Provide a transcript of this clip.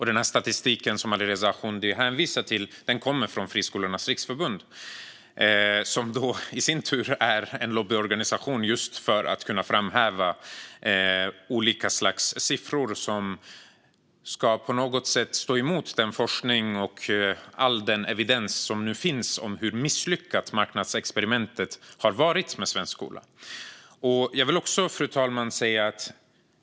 Den statistik som Alireza Akhondi hänvisar till kommer från Friskolornas riksförbund, som i sin tur är en lobbyorganisation vilken framhäver olika slags siffror som på något sätt ska stå emot den forskning och all den evidens som nu finns om hur misslyckat marknadsexperimentet har varit för svensk skola. Fru talman!